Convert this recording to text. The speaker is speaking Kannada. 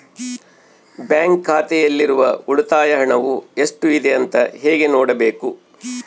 ಬ್ಯಾಂಕ್ ಖಾತೆಯಲ್ಲಿರುವ ಉಳಿತಾಯ ಹಣವು ಎಷ್ಟುಇದೆ ಅಂತ ಹೇಗೆ ನೋಡಬೇಕು?